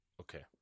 Okay